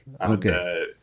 Okay